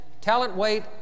talent-weight